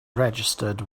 registered